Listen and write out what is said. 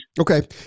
Okay